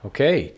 Okay